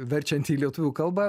verčiant į lietuvių kalbą